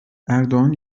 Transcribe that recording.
erdoğan